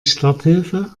starthilfe